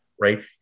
right